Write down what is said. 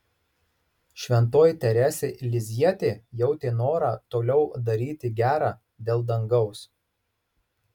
šventoji teresė lizjietė jautė norą toliau daryti gera dėl dangaus